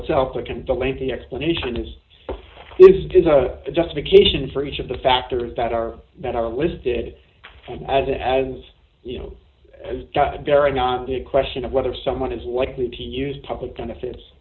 and the lengthy explanation this is a justification for each of the factors that are that are listed as as you know as got a bearing on the question of whether someone is likely to use public benefits